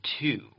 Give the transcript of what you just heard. two